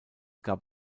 gab